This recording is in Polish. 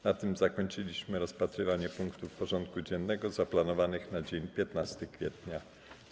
Na tym zakończyliśmy rozpatrywanie punktów porządku dziennego zaplanowanych na dzień 15 kwietnia br.